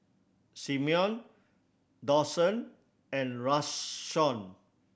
Simeon Dawson and Rashawn